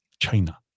China